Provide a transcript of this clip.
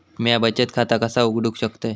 म्या बचत खाता कसा उघडू शकतय?